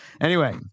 anyway-